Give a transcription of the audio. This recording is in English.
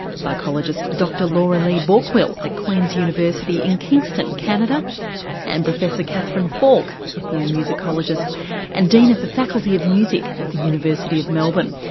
psychologist dr laura-lee balkwill at queens university in kingston, canada and professor catherine falk ethno-musicologist and dean of the faculty of music at the university of melbourne.